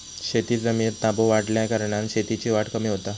शेतजमिनीर ताबो वाढल्याकारणान शेतीची वाढ कमी होता